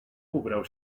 ubrał